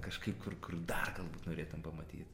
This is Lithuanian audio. kažkaip kur dar galbūt norėtum pamatyt